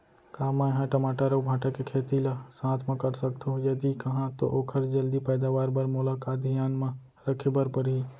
का मै ह टमाटर अऊ भांटा के खेती ला साथ मा कर सकथो, यदि कहाँ तो ओखर जलदी पैदावार बर मोला का का धियान मा रखे बर परही?